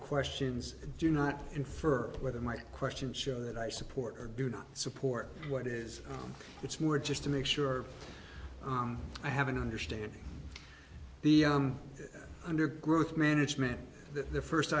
questions do not infer whether my questions show that i support or do not support what is it's more just to make sure i have an understanding the undergrowth management that the first